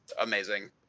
amazing